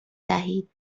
دهید